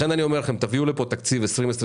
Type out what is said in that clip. לכן אני אומר לכם, תביאו לפה תקציב 2022